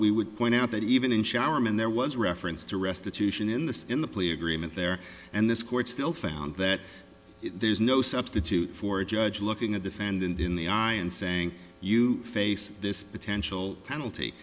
we would point out that even in shower man there was reference to restitution in the in the plea agreement there and this court still found that there's no substitute for a judge looking a defendant in the eye and saying you face this potential penalty